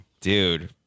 Dude